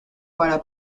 para